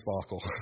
sparkle